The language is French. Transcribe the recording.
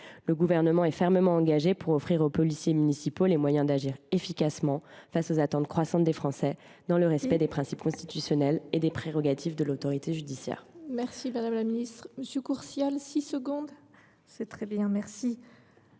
Le Gouvernement est fermement engagé pour offrir aux policiers municipaux les moyens d’agir efficacement pour répondre aux attentes croissantes des Français, dans le respect des principes constitutionnels et des prérogatives de l’autorité judiciaire.